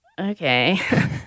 Okay